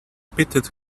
pitied